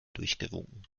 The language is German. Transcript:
durchgewunken